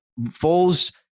Foles